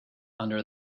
under